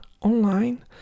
online